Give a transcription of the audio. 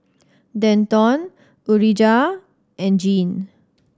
Denton Urijah and Jean